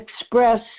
express